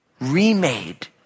remade